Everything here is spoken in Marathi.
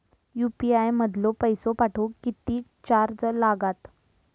यू.पी.आय मधलो पैसो पाठवुक किती चार्ज लागात?